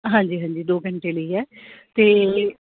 ਹਾਂਜੀ ਹਾਂਜੀ ਦੋ ਘੰਟੇ ਲਈ ਹੈ ਅਤੇ